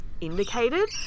indicated